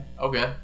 Okay